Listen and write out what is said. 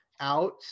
out